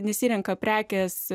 nesirenka prekės